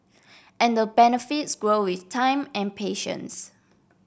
and the benefits grow with time and patience